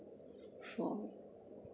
for